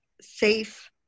safe